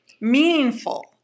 meaningful